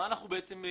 מה אנחנו מציעים?